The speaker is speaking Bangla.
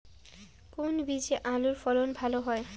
কোন বীজে আলুর ফলন ভালো হয়?